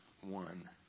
one